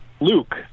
Luke